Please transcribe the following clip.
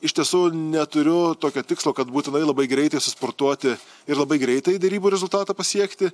iš tiesų neturiu tokio tikslo kad būtinai labai greitai susportuoti ir labai greitai derybų rezultatą pasiekti